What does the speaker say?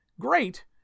Great